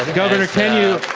governor, can you,